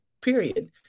period